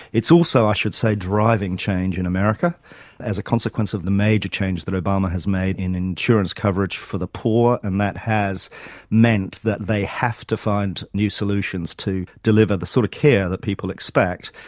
also, i should say, driving change in america as a consequence of the major change that obama has made in insurance coverage for the poor, and that has meant that they have to find new solutions to deliver the sort of care that people expect,